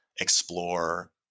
explore